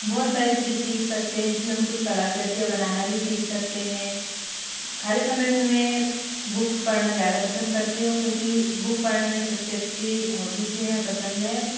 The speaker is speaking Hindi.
बहुत सारी चीज़ें सीख सकते हैं जिसमें कुछ कलाकृतियाँ बनाना भी सीख सकते हैं खाली समय में मैं बुक्स पढ़ना ज़्यादा पसंद करती हूँ क्योंकि बूक पढ़ने से सबसे अच्छी हौबीज है या पसंद है